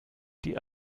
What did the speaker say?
die